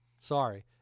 Sorry